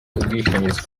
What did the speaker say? ubwishingizi